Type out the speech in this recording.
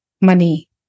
money